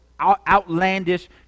outlandish